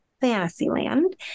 Fantasyland